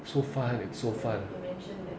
so fun eh so fun